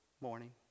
morning